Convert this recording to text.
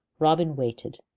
robin waited,